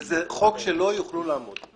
וזה חוק שלא יוכלו לעמוד בו.